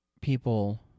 people